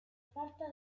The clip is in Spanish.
falta